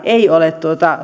ei ole